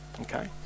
okay